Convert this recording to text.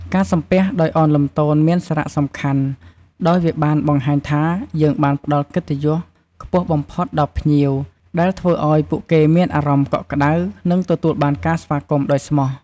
ការសំពះដោយឱនលំទោនមានសារៈសំខាន់ដោយវាបានបង្ហាញថា យើងបានផ្តល់កិត្តិយសខ្ពស់បំផុតដល់ភ្ញៀវ ដែលធ្វើឲ្យពួកគេមានអារម្មណ៍កក់ក្តៅ និងទទួលបានការស្វាគមន៍ដោយស្មោះ។